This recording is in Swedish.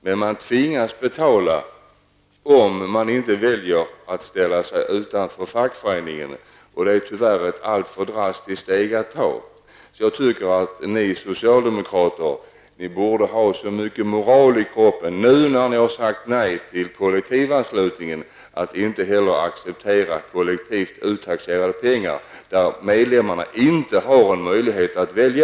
Men man tvingas betala om man inte väljer att ställa sig utanför fackföreningen, och det är tyvärr ett alltför drastiskt steg att ta. Jag tycker att ni socialdemokrater borde ha så mycket moral i kroppen att ni nu, när ni sagt nej till kollektivanslutningen, inte heller accepterar kollektivt uttaxerade pengar, där medlemmarna inte har en möjlighet att välja.